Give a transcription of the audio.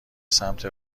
سمت